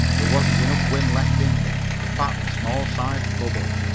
there wasn't enough wind left in me to fatten a small sized bubble.